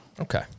Okay